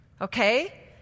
okay